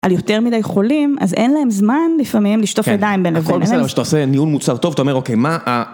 על יותר מידי חולים, אז אין להם זמן לפעמים לשטוף ידיים בין לבין. הכל בסדר, כשאתה עושה ניהול מוצר טוב, אתה אומר אוקיי, מה ה...